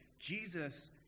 Jesus